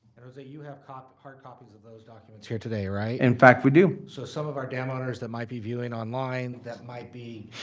jose, you have hard copies of those documents here today, right? in fact, we do. so some of our dam owners that might be viewing online, that might be,